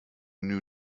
new